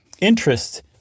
interest